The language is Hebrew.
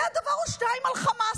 יודע דבר או שניים על חמאס.